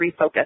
refocus